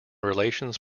relations